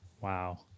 wow